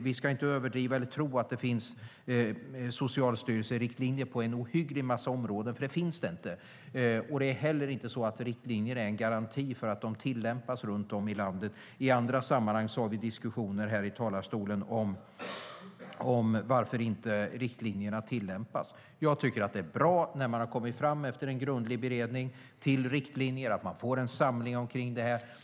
Vi ska inte överdriva eller tro att det finns Socialstyrelseriktlinjer på en ohygglig massa områden, för det finns det inte. Det är inte heller så att riktlinjer är en garanti för att de också tillämpas runt om i landet. I andra sammanhang har vi diskussioner i kammaren om varför riktlinjerna inte tillämpas. Jag tycker att det är bra att man, efter en grundlig beredning, kommer fram till riktlinjer och får en samling kring det.